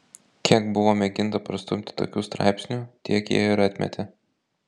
kiek buvo mėginta prastumti tokių straipsnių tiek jie ir atmetė